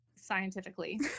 scientifically